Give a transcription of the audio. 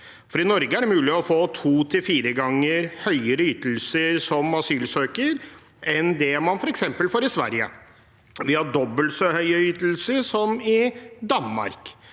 I Norge er det mulig å få to til fire ganger høyere ytelser som asylsøker enn det man f.eks. får i Sverige. Vi har dobbelt så høye ytelser som i Danmark.